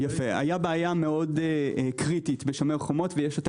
היתה בעיה קריטית בשומר חובות ויש אותה